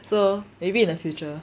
so maybe in the future